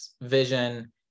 vision